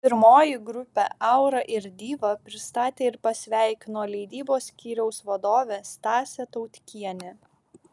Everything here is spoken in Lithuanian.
pirmoji grupę aura ir diva pristatė ir pasveikino leidybos skyriaus vadovė stasė tautkienė